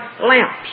lamps